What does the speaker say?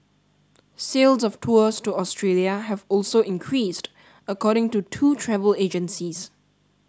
sales of tours to Australia have also increased according to two travel agencies